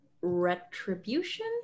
Retribution